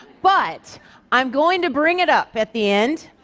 but i'm going to bring it up at the end,